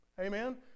Amen